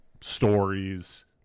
stories